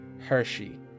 Hershey